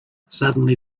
suddenly